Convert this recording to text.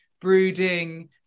brooding